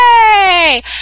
yay